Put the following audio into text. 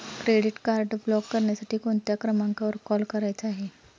Credit card block करण्यासाठी कोणत्या क्रमांकावर कॉल करायचा आहे?